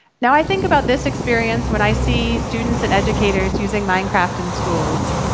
now i think about this experience when i see students and educators using minecraft in schools.